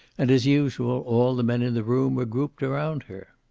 and as usual all the men in the room were grouped around her.